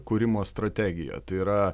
kūrimo strategija tai yra